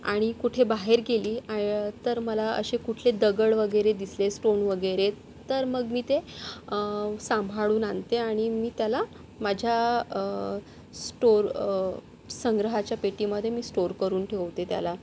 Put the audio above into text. आणि कुठे बाहेर गेली आ तर मला असे कुठले दगड वगैरे दिसले स्टोन वगैरे तर मग मी ते सांभाळून आणते आणि मी त्याला माझ्या स्टोअर संग्रहाच्या पेटीमध्ये मी स्टोअर करून ठेवते त्याला